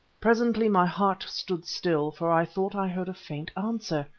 presently my heart stood still, for i thought i heard a faint answer.